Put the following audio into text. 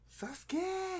Sasuke